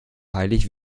heilig